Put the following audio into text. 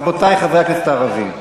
רבותי חברי הכנסת הערבים,